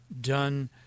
done